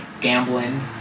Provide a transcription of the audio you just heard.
gambling